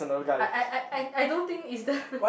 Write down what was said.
I I I I I don't think it's the